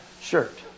shirt